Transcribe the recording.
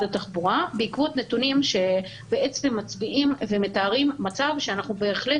התחבורה בעקבות נתונים שמצביעים ומתארים מצב שאנחנו בהחלט